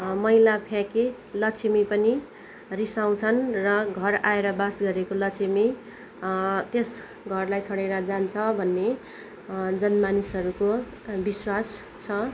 मैला फ्याँके लक्ष्मी पनि रिसाउँछन् र घर आएर वास गरेको लक्ष्मी त्यस घरलाई छोडेर जान्छ भन्ने जनमानिसहरूको विश्वास छ